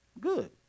Good